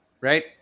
Right